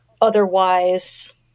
otherwise